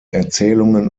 erzählungen